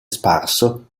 sparso